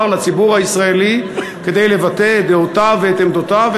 לציבור הישראלי כדי לבטא את דעותיו ואת עמדותיו,